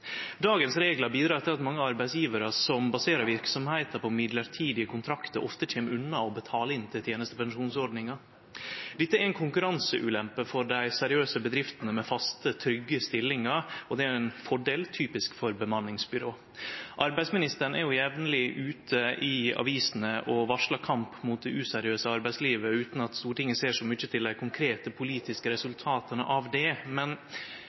Dagens reglar bidrar til at mange arbeidsgjevarar som baserer verksemda på mellombels kontraktar, ofte kjem unna å betale inn til tenestepensjonsordninga. Dette er ei konkurranseulempe for dei seriøse bedriftene med faste, trygge stillingar, og det er ein fordel typisk for bemanningsbyrå. Arbeidsministeren er jamleg ute i avisene og varslar ein kamp mot det useriøse arbeidslivet, utan at Stortinget ser så mykje til dei konkrete politiske resultata av det.